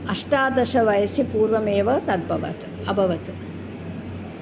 अष्टादशवयसि पूर्वमेव तद्भवत् अभवत्